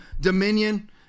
Dominion